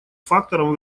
фактором